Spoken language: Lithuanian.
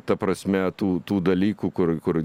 ta prasme tų tų dalykų kur kur